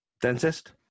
dentist